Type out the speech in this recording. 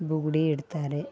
ಬುಗುಡಿ ಇಡ್ತಾರೆ